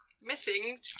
missing